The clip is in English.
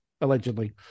allegedly